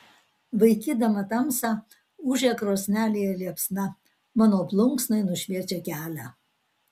vaikydama tamsą ūžia krosnelėje liepsna mano plunksnai nušviečia kelią